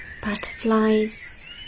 butterflies